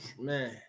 Man